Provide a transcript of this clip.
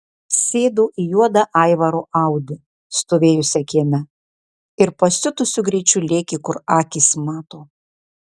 sėdo į juodą aivaro audi stovėjusią kieme ir pasiutusiu greičiu lėkė kur akys mato